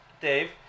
dave